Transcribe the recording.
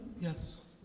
Yes